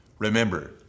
Remember